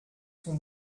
son